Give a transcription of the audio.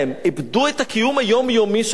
איבדו את הקיום היומיומי שלהם.